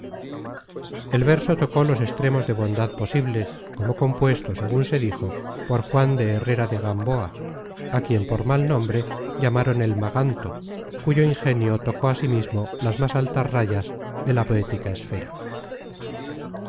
el verso tocó los extremos de bondad posibles como compuesto segun se dijo content from google book search generated at por juan de herrera de gamboa á quien por mal nombre llamaron el maganto cuyo ingenio tocó asimismo las más altas rayas de la poética esfera